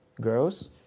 Girls